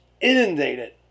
inundated